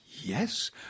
Yes